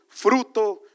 fruto